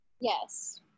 Yes